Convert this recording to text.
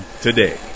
today